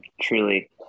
truly